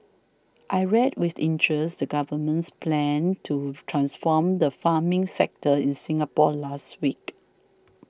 I read with the interest the government's plan to transform the farming sector in Singapore last week